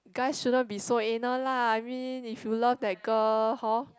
guy shouldn't be so anal lah I mean if you love that girl hor